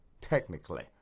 technically